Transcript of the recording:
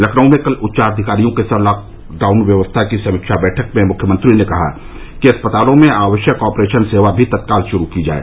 लखनऊ में कल उच्चाधिकारियों के साथ लॉकडाउन व्यवस्था की समीक्षा बैठक में मुख्यमंत्री ने कहा कि अस्पतालों में आवश्यक ऑपरेशन सेवा भी तत्काल शुरू की जाए